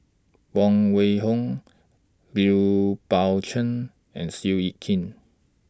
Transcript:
Huang Wenhong Liu Pao Chuen and Seow Yit Kin